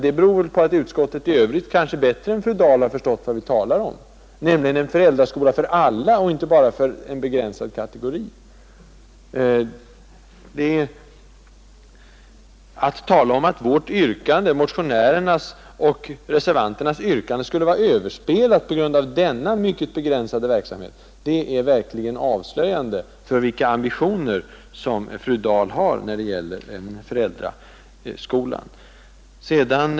Det beror väl på att utskottet i övrigt bättre än fru Dahl har förstått vad vi talar om, nämligen en föräldraskola för alla och inte bara för en begränsad kategori. Att tala om att motionärernas och reservanternas yrkande skulle vara överspelat på grund av denna mycket begränsade verksamhet är verkligen avslöjande för vilka ambitioner fru Dahl har när det gäller en föräldraskola.